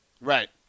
Right